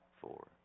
four